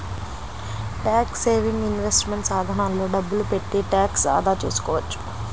tax saving investment సాధనాల్లో డబ్బులు పెట్టి ట్యాక్స్ ఆదా చేసుకోవచ్చు